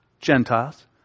Gentiles